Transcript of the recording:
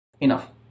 Enough